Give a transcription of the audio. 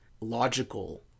logical